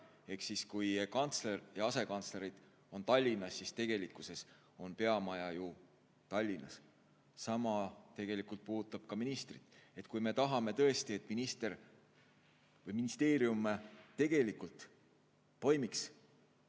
Ehk kui kantsler ja asekantslerid on Tallinnas, siis tegelikkuses on peamaja ju Tallinnas. Sama tegelikult puudutab ka ministrit. Kui me tahame tõesti, et minister või ministeerium tegelikult toimiks